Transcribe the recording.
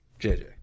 JJ